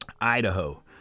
Idaho